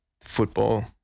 football